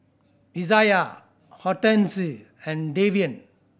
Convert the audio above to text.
Izayah Hortense and Davian